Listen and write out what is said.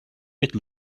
bit